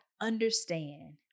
understand